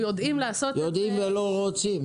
יודעים ולא רוצים.